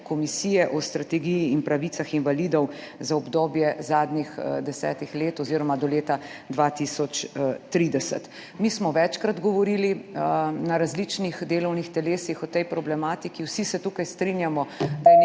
komisije o strategiji o pravicah invalidov za obdobje zadnjih 10 let oziroma do leta 2030. Mi smo večkrat govorili na različnih delovnih telesih o tej problematiki. Vsi se tukaj strinjamo,